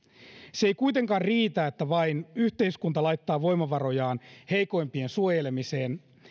se ei kuitenkaan riitä että vain yhteiskunta laittaa voimavarojaan heikoimpien suojelemiseen